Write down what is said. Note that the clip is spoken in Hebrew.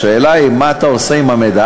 השאלה היא מה אתה עושה עם המידע.